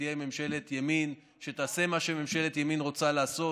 ותהיה ממשלת ימין שתעשה מה שממשלת ימין רוצה לעשות